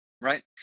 right